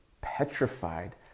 petrified